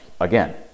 Again